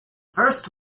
first